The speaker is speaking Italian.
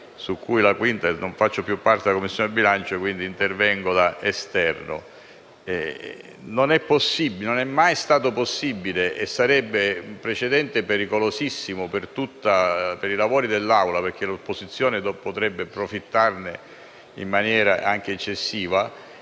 Non è mai stato possibile e sarebbe un precedente pericolosissimo per i lavori dell'Aula - perché l'opposizione potrebbe profittarne in maniera anche eccessiva